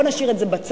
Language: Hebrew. בואו נשאיר את זה בצד,